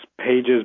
pages